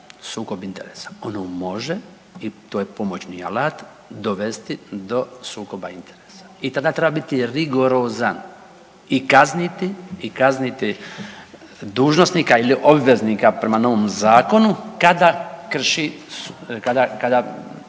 sukob interesa. Ono može i to je pomoćni alat dovesti do sukoba interesa i tada treba biti rigorozan i kazniti dužnosnika ili obveznika prema novom zakonu kada dolazi